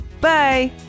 Bye